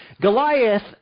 Goliath